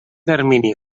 termini